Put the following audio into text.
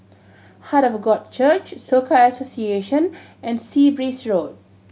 Heart of God Church Soka Association and Sea Breeze Road